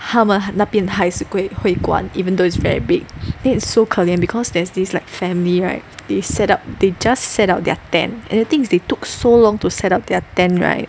他们那边还是会关 even though it's very big that is so 可怜 because there's this like family right they set up they just set up their tent and the thing is they took so long to set up their tent right